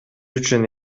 үчүн